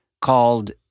called